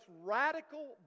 radical